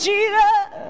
Jesus